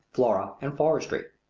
flora, and forestry.